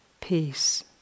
peace